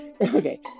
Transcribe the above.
okay